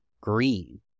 green